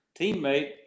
teammate